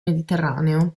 mediterraneo